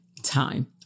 Time